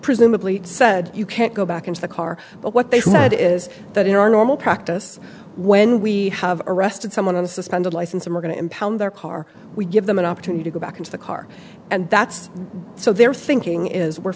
presumably said you can't go back into the car but what they said is that in our normal practice when we have arrested someone on a suspended license and we're going to impound their car we give them an opportunity to go back into the car and that's so their thinking is we're